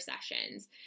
sessions